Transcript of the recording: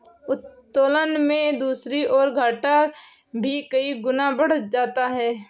उत्तोलन में दूसरी ओर, घाटा भी कई गुना बढ़ जाता है